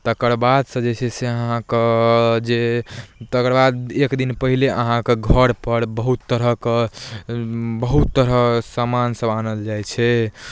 तकर बादसँ जे छै से अहाँके जे तकर बाद एक दिन पहिले अहाँके घरपर बहुत तरहके बहुत तरह सामानसभ आनल जाइ छै